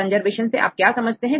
conservation से आप क्या समझते हैं